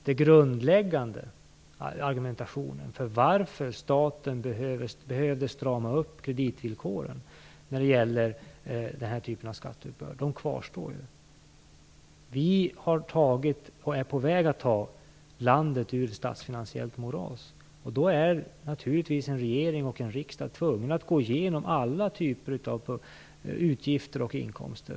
Den grundläggande argumentationen för att staten behövde strama upp kreditvillkoren när det gäller den här typen av skatteuppbörd kvarstår ju. Vi är på väg att ta landet ur ett statsfinansiellt moras. Då är naturligtvis regeringen och riksdagen tvungna att gå igenom alla typer av utgifter och inkomster.